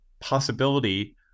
possibility